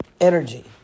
energy